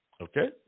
Okay